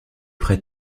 près